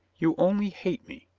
you only hate me.